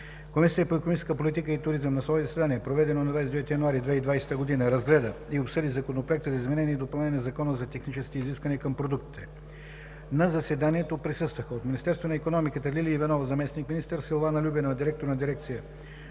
Комисията по икономическа политика и туризъм на свое заседание, проведено на 29 януари 2020 г., разгледа и обсъди Законопроекта за изменение и допълнение на Закона за техническите изисквания към продуктите. На заседанието присъстваха: от Министерство на икономиката – Лилия Иванова – заместник-министър, Силвана Любенова – директор на Дирекция